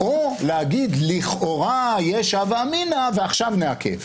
או להגיד: לכאורה יש הווא אמינא ועכשיו נעכב.